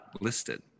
listed